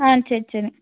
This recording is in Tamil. ஆ சரி சரி